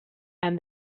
and